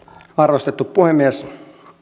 arvostettu puhemies